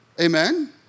Amen